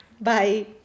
Bye